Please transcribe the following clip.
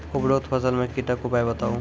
उपरोक्त फसल मे कीटक उपाय बताऊ?